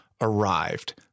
arrived